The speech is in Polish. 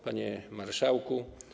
Panie Marszałku!